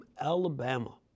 Alabama